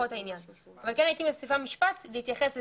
הייתי מוסיפה משפט להתייחס לזה,